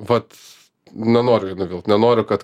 vat nenoriu jų nuvilt nenoriu kad